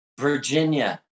Virginia